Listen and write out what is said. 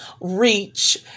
reach